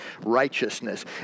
righteousness